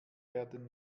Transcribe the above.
werden